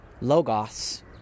Logos